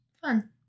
Fun